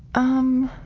um,